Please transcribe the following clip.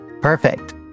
Perfect